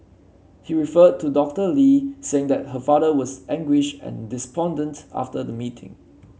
he referred to Doctor Lee saying that her father was anguished and despondent after the meeting